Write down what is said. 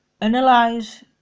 Analyze